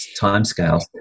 timescales